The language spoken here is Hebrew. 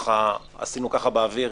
עשינו ככה באוויר,